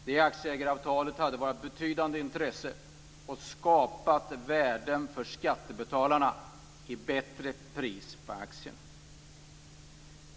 Det aktieägaravtalet hade varit av betydande intresse och skapat värden för skattebetalarna i bättre pris på aktien.